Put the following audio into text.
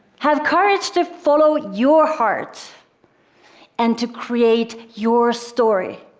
have courage to follow your heart and to create your story.